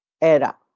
era